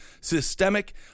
systemic